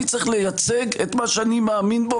אני צריך לייצג את מה שאני מאמין בו